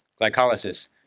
glycolysis